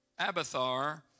Abathar